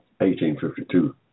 1852